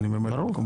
ברור.